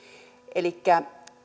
elikkä